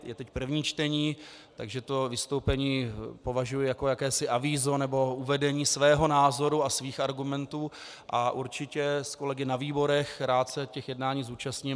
Je to první čtení, takže své vystoupení považuji za jakési avízo nebo uvedení svého názoru a svých argumentů a určitě s kolegy na výborech rád se jednáních zúčastním.